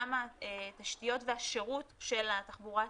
גם התשתיות והשירות של התחבורה הציבורית,